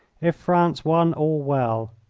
if france won, all well.